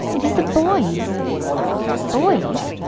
it is the boys boys,